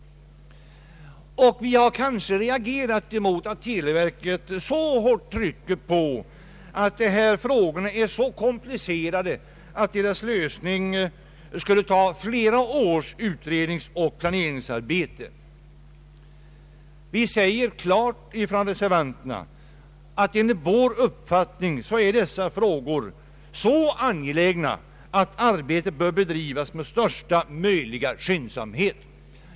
Vi har kanske reagerat mot att televerket hårt trycker på att dessa frågor är så komplicerade att deras lösning skulle kräva flera års utredningsoch planeringsarbete. Vi reservanter säger klart att frågorna enligt vår uppfattning är så angelägna att arbetet bör bedrivas med största möjliga skyndsamhet.